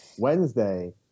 Wednesday